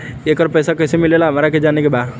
येकर पैसा कैसे मिलेला हमरा के जाने के बा?